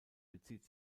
bezieht